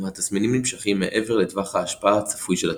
אם התסמינים נמשכים מעבר לטווח ההשפעה הצפוי של הטיפול.